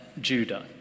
Judah